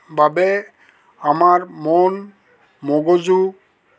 বাবে আমাৰ মন মগজু